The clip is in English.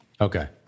Okay